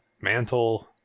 mantle